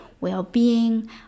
well-being